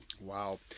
Wow